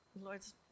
Lord's